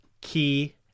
key